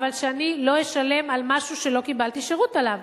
אבל שאני לא אשלם על משהו שלא קיבלתי שירות עליו.